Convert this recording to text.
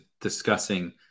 discussing